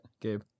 Gabe